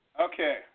Okay